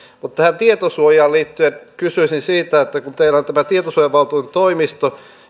tähän tietosuojaan liittyen kysyisin siitä kun teillä on tämä tietosuojavaltuutetun toimisto